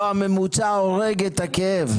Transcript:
לא, הממוצע הורג את הכאב.